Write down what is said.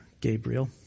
Gabriel